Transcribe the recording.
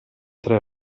tre